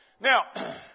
Now